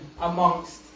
amongst